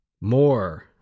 More